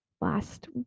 last